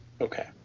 Okay